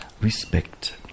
respect